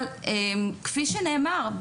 אבל כפי שנאמר,